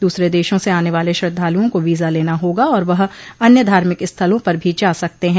दूसरे देशों से आने वाले श्रद्धालुओं को वीजा लेना होगा और वह अन्य धार्मिक स्थलों पर भी जा सकते हैं